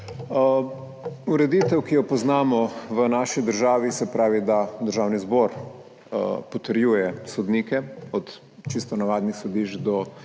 Ureditev, ki jo poznamo v naši državi, se pravi, da Državni zbor potrjuje sodnike od čisto navadnih sodišč do